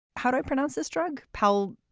how do i pronounce this drug. paul.